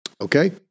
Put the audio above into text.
Okay